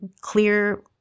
clear